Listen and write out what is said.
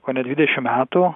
kone dvidešimt metų